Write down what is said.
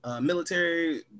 military